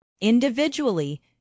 Individually